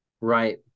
Right